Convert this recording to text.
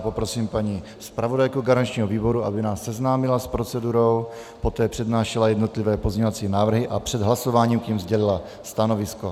Poprosím paní zpravodajku garančního výboru, aby nás seznámila s procedurou, poté přednášela jednotlivé pozměňovací návrhy a před hlasováním k nim sdělila stanovisko.